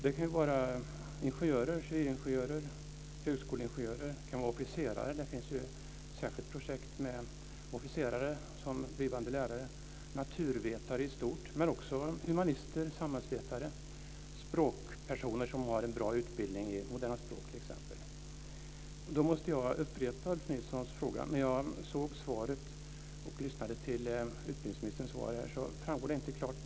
Det kan vara ingenjörer - civilingenjörer eller högskoleingenjörer. Det kan vara officerare. Det finns ett särskilt projekt för officerare som blivande lärare. Det kan vara naturvetare i stort, men också humanister, samhällsvetare och språkpersoner som har en bra utbildning i moderna språk, t.ex. Då måste jag upprepa Ulf Nilssons fråga. När jag lyssnade till utbildningsministerns svar tyckte jag inte att det framgick klart.